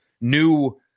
new